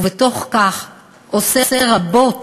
ובתוך כך עושה רבות